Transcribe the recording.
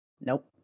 Nope